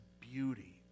beauty